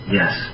yes